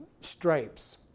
stripes